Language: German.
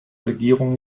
regierung